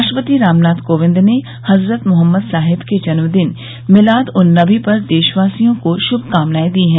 राष्ट्रपति रामनाथ कोविंद ने हजरत मोहम्मद साहेब के जन्म दिन मिलाद उन नबी पर देशवासियों को शुभकामनाएं दी हैं